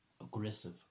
Aggressive